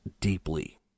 deeply